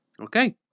Okay